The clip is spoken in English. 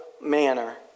manner